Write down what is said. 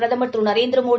பிரதமர் திரு நரேந்திரமோடி